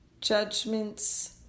judgments